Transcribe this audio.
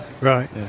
Right